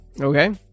Okay